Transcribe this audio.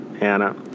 Anna